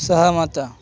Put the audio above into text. सहमत